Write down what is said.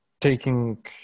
taking –